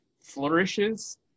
flourishes